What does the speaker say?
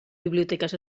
biblioteques